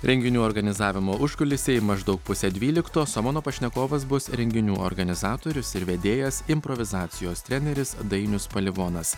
renginių organizavimo užkulisiai maždaug pusę dvyliktos o mano pašnekovas bus renginių organizatorius ir vedėjas improvizacijos treneris dainius palivonas